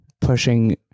pushing